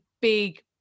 big